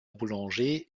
boulanger